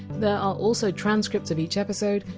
there are also transcripts of each episode.